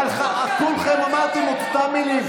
הייתה שאלת הבהרה, אבל כולכם אמרתם את אותן מילים.